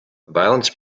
violence